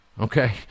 okay